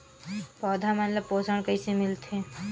पौधा मन ला पोषण कइसे मिलथे?